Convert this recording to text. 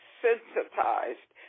sensitized